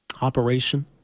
operation